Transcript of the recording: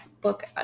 book